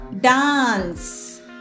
dance